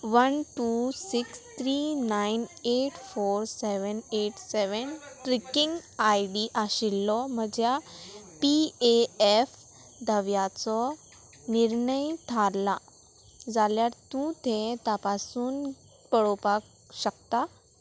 one two six three nine eight four seven eight seven tracking I D आशिल्लो म्हज्या P A F दाव्याचो निर्णय थारला जाल्यार तूं तें तपासून पळोवपाक शकता